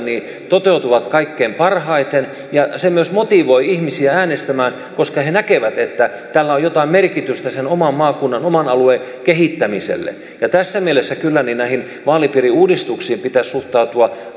toteutuvat kaikkein parhaiten ja se myös motivoi ihmisiä äänestämään koska he näkevät että tällä on jotain merkitystä sen oman maakunnan oman alueen kehittämiselle tässä mielessä kyllä näihin vaalipiiriuudistuksiin pitäisi suhtautua